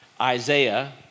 Isaiah